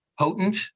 potent